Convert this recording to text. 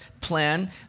plan